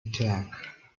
attack